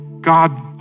God